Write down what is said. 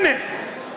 הנה,